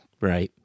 Right